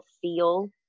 feel